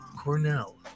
Cornell